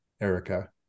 Erica